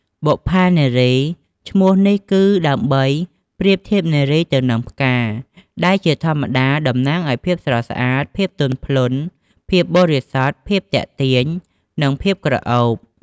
បុប្ផានារី ឈ្មោះនេះគឺដើម្បីប្រៀបធៀបនារីទៅនឹងផ្កា ដែលជាធម្មតាតំណាងឱ្យភាពស្រស់ស្អាត ភាពទន់ភ្លន់ ភាពបរិសុទ្ធ ភាពទាក់ទាញ និងភាពក្រអូប។